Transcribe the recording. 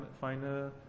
final